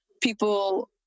people